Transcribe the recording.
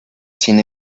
sin